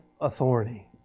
authority